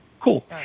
cool